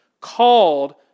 Called